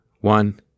one